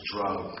drug